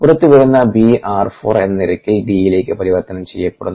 പുറത്ത് വരുന്ന B r4 എന്ന നിരക്കിൽ Dയിലേക്ക് പരിവർത്തനം ചെയ്യപ്പെടുന്നു